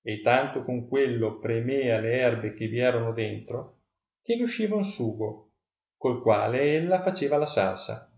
e tanto con quello premea le erbe che vi erano dentro che n usciva un sugo col quale ella faceva la salsa